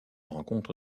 rencontre